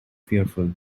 fearful